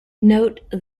note